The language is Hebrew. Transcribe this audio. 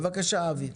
בבקשה אבי.